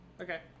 Okay